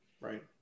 right